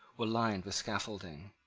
were lined with scaffolding.